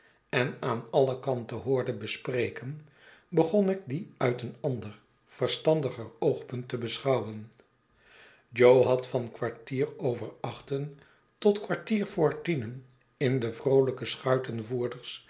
en aan alle kanten hoorde bespreken begon ik die uit een ander verstandiger oogpunt te beschouwen jo had van kwartier over achten tot kwartier vr tienen in de vroolijke